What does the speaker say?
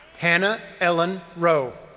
hannah ellen ro.